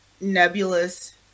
nebulous